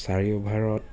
চাৰি অভাৰত